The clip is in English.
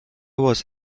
was